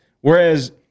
Whereas